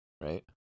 right